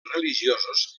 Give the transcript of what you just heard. religiosos